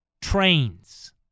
trains